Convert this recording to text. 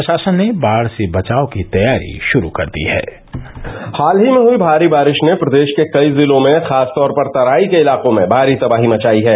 प्रषासन ने बाढ़ से बचाव की तैयारी षुरू कर दी है हाल ही में भारी बारिष ने प्रदेष के कई जिलों में खास तौर पर तराई के इलाकों में भारी तबाही मचाई है